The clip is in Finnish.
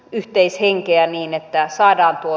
yhteishenkeä niin että saadaan tuo